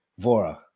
Vora